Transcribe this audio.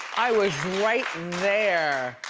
i was right there.